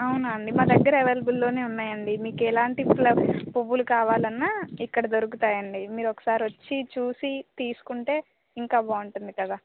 అవునా అండి మా దగ్గర అవైలబుల్లోనే ఉన్నాయండి మీకు ఎలాంటి పువ్వులు కావాలన్నా ఇక్కడ దొరుకుతాయండి మీరు ఒకసారి వచ్చి చూసి తీసుకుంటే ఇంకా బాగుంటుంది కదా